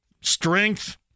Strength